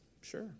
Sure